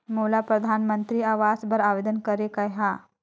मोला परधानमंतरी आवास बर आवेदन करे के हा?